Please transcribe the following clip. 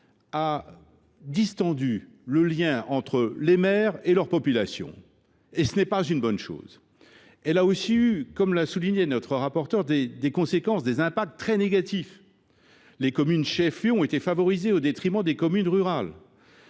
a distendu le lien entre les maires et leur population. Et ce n’est pas une bonne chose. Elle a aussi eu, comme l’a souligné notre rapporteur, des conséquences très négatives. Les communes qui sont chefs lieux de canton ont été favorisées au détriment des communes rurales.